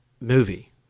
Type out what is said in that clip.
movie